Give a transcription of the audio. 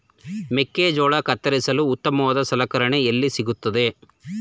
ಮೆಕ್ಕೆಜೋಳ ಕತ್ತರಿಸಲು ಉತ್ತಮವಾದ ಸಲಕರಣೆ ಎಲ್ಲಿ ಸಿಗುತ್ತದೆ?